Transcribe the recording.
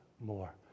more